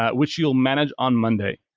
ah which you'll manage on monday.